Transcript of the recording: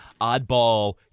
oddball